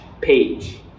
page